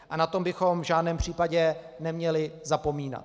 A na to bychom v žádném případě neměli zapomínat.